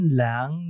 lang